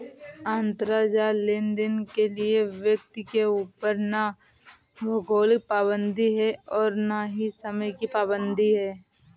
अंतराजाल लेनदेन के लिए व्यक्ति के ऊपर ना भौगोलिक पाबंदी है और ना ही समय की पाबंदी है